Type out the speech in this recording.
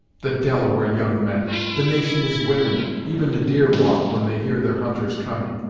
the delaware young men the nation is women even the deer walk when they hear their hunters coming!